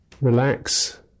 relax